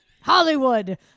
Hollywood